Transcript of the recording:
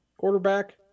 quarterback